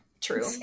True